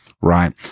Right